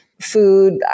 food